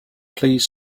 please